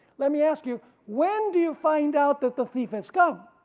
let me ask you when do you find out that the thief has come?